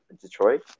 Detroit